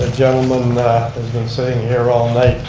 gentleman has been sitting here all night.